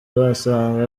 asanzwe